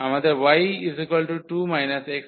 আমাদের y2 x রেখাটি আছে